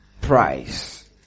price